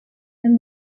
and